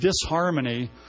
disharmony